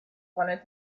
wanted